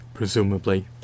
Presumably